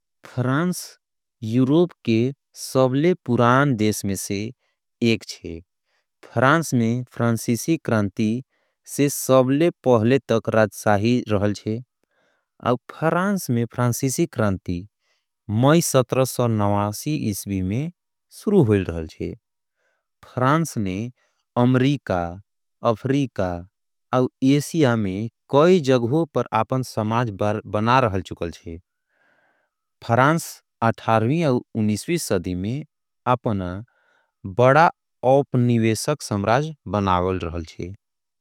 France Europe के एक सबसे पुरान देश में से एक छे। फ्रांस में फ्रांसीसी क्रांति सबले पहले ले राजशाही रहल छे। और फ्रांस में फ्रांसीसी क्रांति मई सत्रह सौ नवासी। ईस्वी में शुरू होयल रहल छे फ्रांस अमेरिका साउथ। अफ्रीका और एशिया में कई जगह अपन सम्राज्य। बनाल रहल छे अठारह और उन्नीसवीं सदी में। अपना बड़ा उपनिवेशक राज्य बनाल रहल छे।